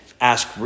ask